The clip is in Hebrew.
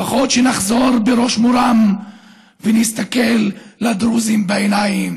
לפחות שנחזור בראש מורם ונסתכל לדרוזים בעיניים